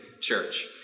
church